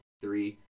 three